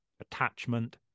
attachment